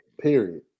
period